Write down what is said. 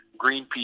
Greenpeace